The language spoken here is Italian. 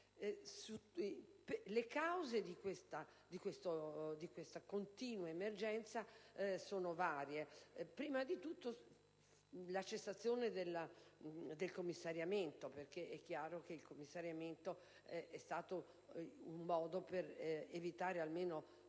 Le cause di questa continua emergenza sono varie; prima di tutto vi è la cessazione del commissariamento. È, infatti, chiaro che il commissariamento è stato un modo per evitare - almeno